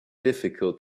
difficult